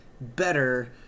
better